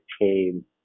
came